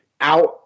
out